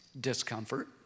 Discomfort